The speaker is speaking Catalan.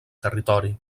territori